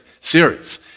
series